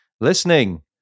listening